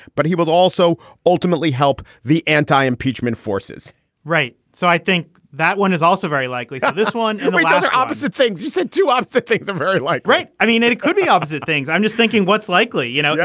but he was also ultimately help the anti impeachment forces right. so i think that one is also very likely. this one and one does the opposite things you said two opposite things are very like. right. i mean, it it could be opposite things i'm just thinking what's likely? you know, yeah